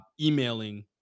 emailing